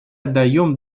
отдаем